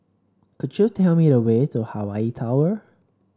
could you tell me the way to Hawaii Tower